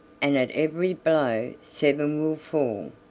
and at every blow seven will fall.